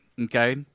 okay